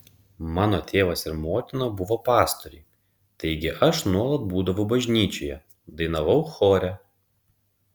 mano tėvas ir motina buvo pastoriai taigi aš nuolat būdavau bažnyčioje dainavau chore